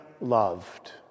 loved